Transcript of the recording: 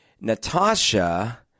Natasha